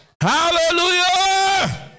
hallelujah